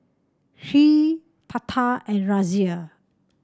Hri Tata and Razia